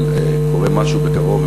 אבל קורה משהו בקרוב,